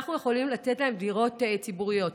שאנחנו יכולים לתת להן דירות ציבוריות.